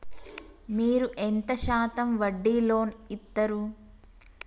మీరు ఎంత శాతం వడ్డీ లోన్ ఇత్తరు?